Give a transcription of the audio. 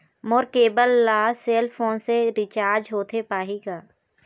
मोर cable ला cell phone से recharge होथे पाही का?